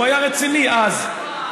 הוא היה רציני אז,